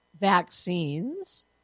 vaccines